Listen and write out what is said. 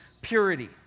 purity